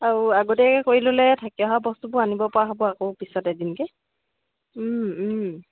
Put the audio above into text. আৰু আগতীয়াকে কৰি ল'লে থাকি অহা বস্তুবোৰ আনিব পৰা হ'ব আকৌ পিছত এদিনকে